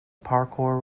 parkour